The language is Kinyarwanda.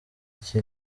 iki